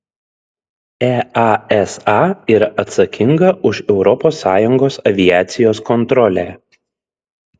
easa yra atsakinga už europos sąjungos aviacijos kontrolę